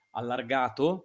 allargato